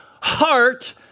heart